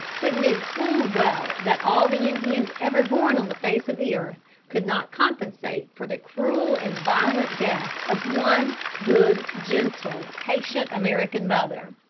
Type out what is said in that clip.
but knew full well that all the indians ever born on the face of the earth could not compensate for the cruel and violent death of one good, gentle, patient american mother.